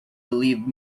believe